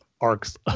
arcs